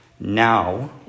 Now